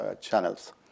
channels